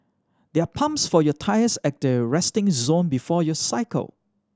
there are pumps for your tyres at the resting zone before you cycle